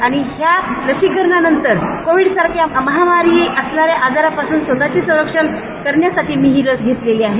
आणि या लसीकरणानंतर कोविड सारख्या महामारी असणाऱ्या आजारापासून स्वतचे संरक्षण करण्यासाठी मी ही लस घेतलेली आहे